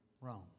Rome